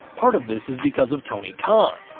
part of this is because of tony khan,